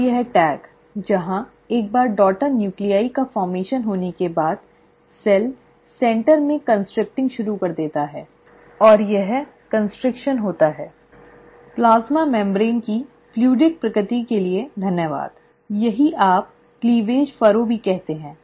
अब यह टैग जहां एक बार डॉटर नूक्लीआइ का गठन होने के बाद सेल केंद्र मेंकन्स्ट्रिक्टिंग शुरू कर देता है और यह कन्स्ट्रिक्शन होता है प्लाज्मा झिल्ली की तरल प्रकृति के लिए धन्यवाद यही आप क्लीवेज फरो भी कहते हैं